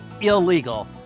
illegal